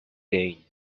gain